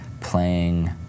playing